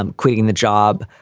um quitting the job,